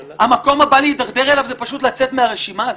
המקום הבא להידרדר אליו זה פשוט לצאת מהרשימה הזאת,